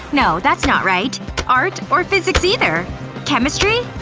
no, that's not right art, or physics either chemistry,